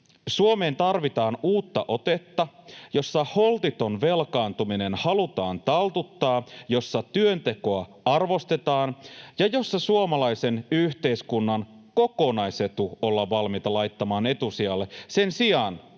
Suomeen tarvitaan uutta otetta, jossa holtiton velkaantuminen halutaan taltuttaa, jossa työntekoa arvostetaan ja jossa suomalaisen yhteiskunnan kokonaisetu ollaan valmiita laittamaan etusijalle sen sijaan,